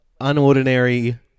Unordinary